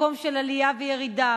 מקום של עלייה וירידה,